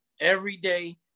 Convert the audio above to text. everyday